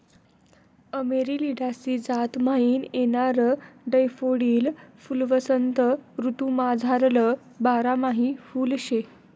Amaryllidaceae जात म्हाईन येणारं डैफोडील फुल्वसंत ऋतूमझारलं बारमाही फुल शे